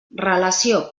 relació